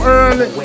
early